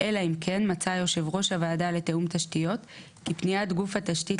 אלא אם כן מצא יושב ראש הוועדה לתיאום תשתיות כי פניית גוף התשתית